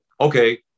okay